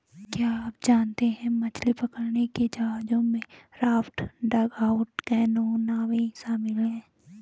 क्या आप जानते है मछली पकड़ने के जहाजों में राफ्ट, डगआउट कैनो, नावें शामिल है?